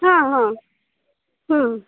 ହଁ ହଁ ହଁ